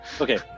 Okay